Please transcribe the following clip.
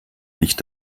nicht